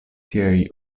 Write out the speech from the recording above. ŝiaj